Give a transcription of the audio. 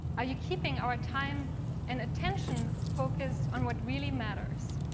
are you keeping our time and attention focused on what really matters?